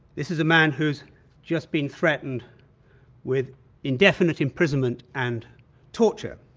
this is a man who's just been threatened with indefinite imprisonment and torture